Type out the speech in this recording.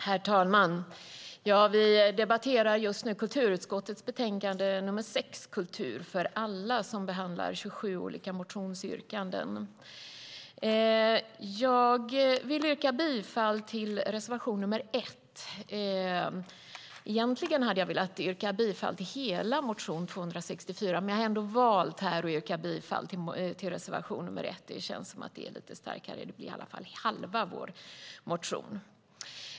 Herr talman! Vi debatterar nu kulturutskottets betänkande nr 6 Kultur för alla . I betänkandet behandlas 27 olika motionsyrkanden. Jag vill yrka bifall till reservation nr l. Egentligen hade jag velat yrka bifall till hela motion 264, men jag har ändå valt att yrka bifall till reservation nr 1. Det känns som att det är lite starkare, och det blir i alla fall halva vår motion.